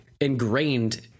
ingrained